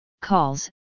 calls